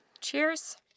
Cheers